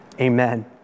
amen